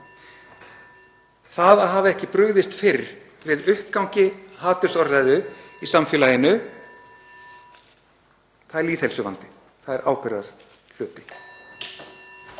Það að hafa ekki brugðist fyrr við uppgangi hatursorðræðu í samfélaginu er lýðheilsuvandi, það er ábyrgðarhluti.